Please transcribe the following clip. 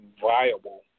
viable